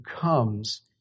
comes